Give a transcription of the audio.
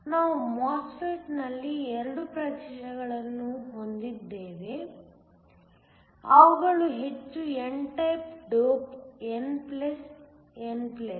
ನಾವು MOSFET ನಲ್ಲಿ 2 ಪ್ರದೇಶಗಳನ್ನು ಹೊಂದಿದ್ದೇವೆ ಅವುಗಳು ಹೆಚ್ಚು n type dope n plus n plus